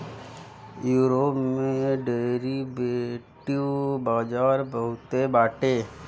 Europe में derivative बाजार बहुते बाटे